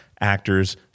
actors